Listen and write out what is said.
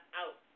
out